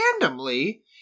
randomly